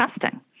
testing